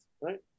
right